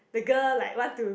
the girl like want to